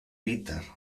peter